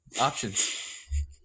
Options